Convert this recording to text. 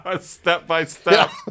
step-by-step